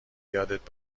یادت